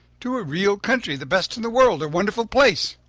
to a real country the best in the world a wonderful place!